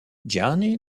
gianni